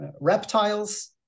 reptiles